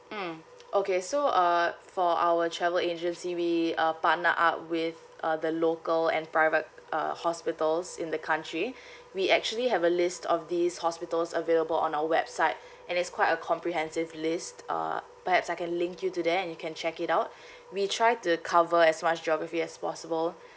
mm okay so uh for our travel agency we uh partner up with uh the local and private uh hospitals in the country we actually have a list of these hospitals available on our website and it's quite a comprehensive list uh perhaps I can link you to there and you can check it out we try to cover as much geography as possible